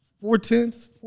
four-tenths